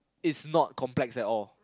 it's not complex at all